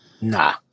Nah